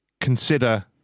Consider